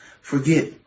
forget